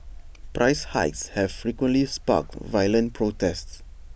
price hikes have frequently sparked violent protests